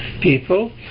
people